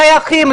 שייכים,